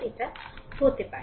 এটা হতে পারে